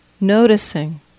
noticing